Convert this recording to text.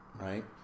Right